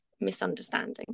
misunderstanding